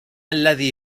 الذي